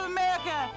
America